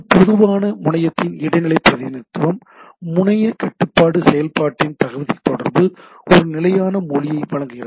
இது பொதுவான முனையத்தின் இடைநிலை பிரதிநிதித்துவம் முனைய கட்டுப்பாட்டு செயல்பாட்டின் தகவல்தொடர்புக்கு ஒரு நிலையான மொழியை வழங்குகிறது